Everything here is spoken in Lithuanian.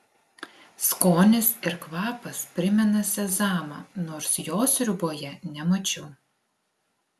skonis ir kvapas primena sezamą nors jo sriuboje nemačiau